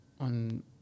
on